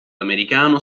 americano